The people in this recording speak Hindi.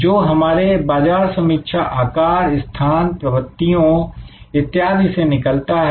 जो हमारे बाजार समीक्षा आकार स्थान प्रवृत्तियों इत्यादि से निकला है